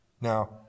Now